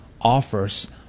offers